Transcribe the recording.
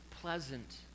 pleasant